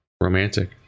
Romantic